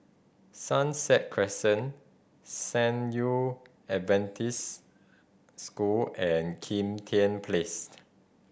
Sunset Crescent San Yu Adventist School and Kim Tian Placed